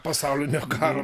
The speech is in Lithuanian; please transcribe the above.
pasaulinio karo